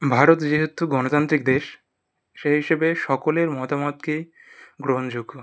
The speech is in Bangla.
ভারত যেহেতু গণতান্ত্রিক দেশ সেই হিসাবে সকলের মতামতকে গ্রহণযোগ্য